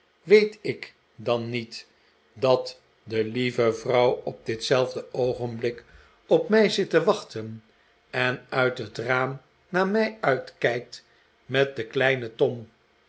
weet ik dan niet dat de lieve vrouw op ditzelfde oogenblik op mij zit te wachten en uit het raam naar mij uitkijkt met den kleinen